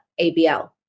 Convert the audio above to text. ABL